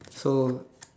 so